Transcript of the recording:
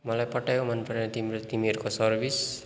मलाई पटक्कै मनपरेन तिम्रो तिमीहरूको सर्विस